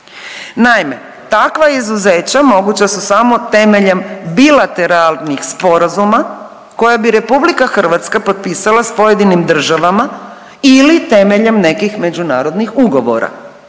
Naime, takva izuzeća moguća su samo temeljem bilateralnih sporazuma koje bi RH potpisala s pojedinim državama ili temeljem nekih međunarodnih ugovora.